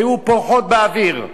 היו פורחות באוויר,